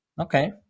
Okay